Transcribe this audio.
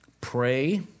pray